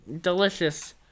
delicious